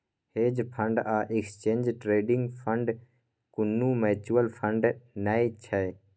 hedge fund आ exchange traded fund कुनु mutual fund नै छै